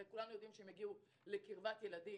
הרי כולנו יודעים שהם יגיעו לקרבת ילדים,